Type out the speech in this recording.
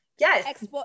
Yes